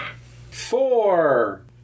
Four